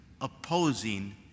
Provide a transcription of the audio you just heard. opposing